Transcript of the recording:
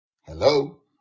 Hello